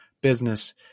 business